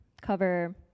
cover